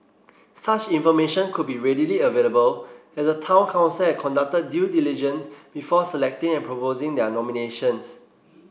such information could be readily available if the Town Council had conducted due diligence before selecting and proposing their nominations